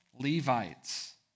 Levites